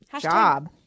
job